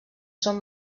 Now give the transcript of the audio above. són